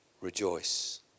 rejoice